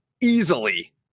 easily